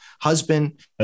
husband